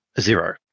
zero